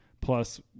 plus